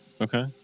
Okay